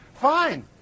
Fine